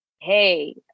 hey